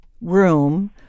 room